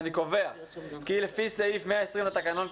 אני קובע כי לפי סעיף 120 לתקנון,